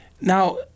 Now